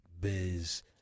Biz